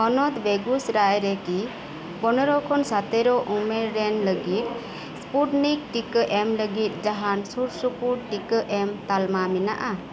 ᱦᱚᱱᱚᱛ ᱵᱮᱜᱩᱥ ᱨᱟᱭ ᱨᱮ ᱠᱤ ᱯᱚᱱᱨᱚ ᱠᱷᱚᱱ ᱥᱟᱛᱮᱨᱚ ᱩᱢᱮᱨ ᱨᱮᱱ ᱞᱟᱹᱜᱤᱫ ᱥᱯᱩᱴᱱᱤᱠ ᱴᱤᱠᱟᱹ ᱮᱢ ᱞᱟᱹᱜᱤᱫ ᱡᱟᱦᱟᱱ ᱥᱩᱨ ᱥᱩᱯᱩᱨ ᱴᱤᱠᱟᱹ ᱮᱢ ᱛᱟᱞᱢᱟ ᱢᱮᱱᱟᱜᱼᱟ